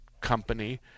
company